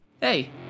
Hey